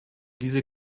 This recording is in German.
diese